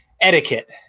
etiquette